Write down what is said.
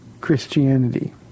Christianity